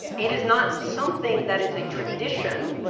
it is not something that is a tradition.